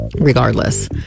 Regardless